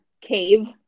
cave